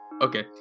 Okay